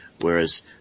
whereas